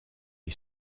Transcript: est